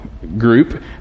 group